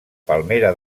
palmera